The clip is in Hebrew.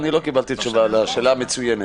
אני לא קיבלתי תשובה על השאלה המצוינת.